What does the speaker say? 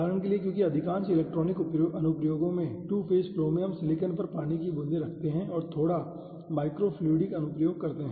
उदाहरण के लिए क्योंकि अधिकांश इलेक्ट्रॉनिक अनुप्रयोगों में 2 फेज फ्लो में हम सिलिकॉन पर पानी की बूंदों को रखते हैं और थोड़े माइक्रो फ्लुइडिक अनुप्रोग करते हैं